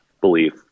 Belief